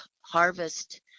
harvest